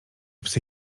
psy